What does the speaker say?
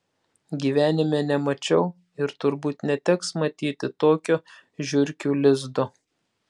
gyvenime nemačiau ir turbūt neteks matyti tokio žiurkių lizdo